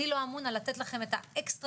אני לא אמון על לתת לכם את האקסטרה